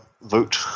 vote